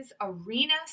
Arena